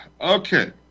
okay